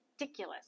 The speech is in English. ridiculous